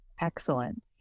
Excellent